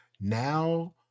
now